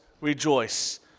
rejoice